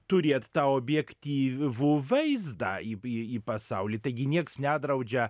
turėt tą objektyv vų vaizdą į į į pasaulį taigi nieks nedraudžia